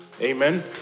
Amen